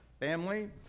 family